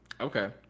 Okay